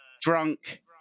drunk